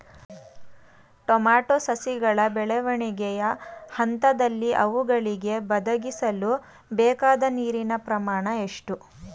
Tomato ಸಸಿಗಳ ಬೆಳವಣಿಗೆಯ ಹಂತದಲ್ಲಿ ಅವುಗಳಿಗೆ ಒದಗಿಸಲುಬೇಕಾದ ನೀರಿನ ಪ್ರಮಾಣ ಎಷ್ಟು?